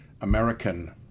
American